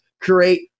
create